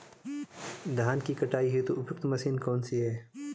धान की कटाई हेतु उपयुक्त मशीन कौनसी है?